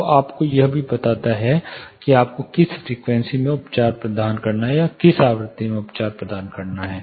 तो यह आपको यह भी बताता है कि आपको किस फ्रीक्वेंसी में उपचार प्रदान करना है